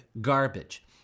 garbage